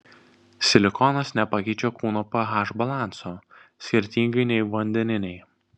silikonas nepakeičia kūno ph balanso skirtingai nei vandeniniai